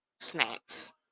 snacks